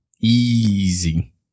Easy